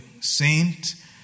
saint